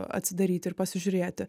atsidaryti ir pasižiūrėti